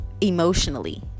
emotionally